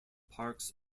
parks